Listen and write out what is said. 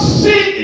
see